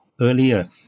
earlier